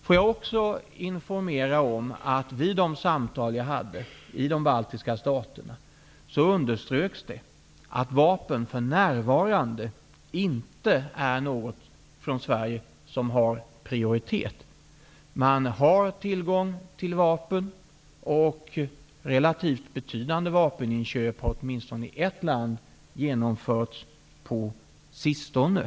Jag vill också informera om att det vid de samtal som jag hade i de baltiska staterna underströks att vapen från Sverige för närvarande inte är något som har prioritet. Man har tillgång till vapen, och relativt betydande vapeninköp har åtminstone i ett land genomförts på sistone.